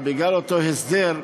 אבל בגלל אותו הסדר,